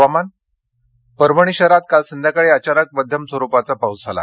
हवामान् परभणी शहरात काल संध्याकाळी अचानक मध्यम स्वरुपाचा पाऊस झाला